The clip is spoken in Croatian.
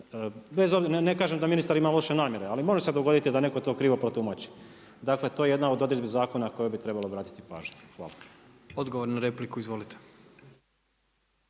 ne kaže da ministar ima loše namjere ali može se dogoditi da netko to krivo protumači. Dakle to je jedna od odredbi zakona na koju bi trebalo obratiti pažnju. Hvala. **Jandroković,